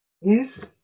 Yes